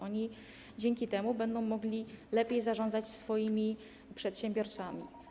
Oni dzięki temu będą mogli lepiej zarządzać swoimi przedsiębiorstwami.